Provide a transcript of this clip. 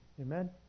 Amen